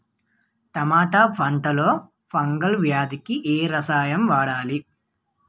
టమాటా పంట లో ఫంగల్ వ్యాధికి ఏ రసాయనం వాడాలి?